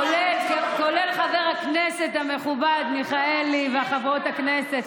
כולל חבר הכנסת המכובד מיכאלי וחברות הכנסת,